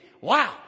Wow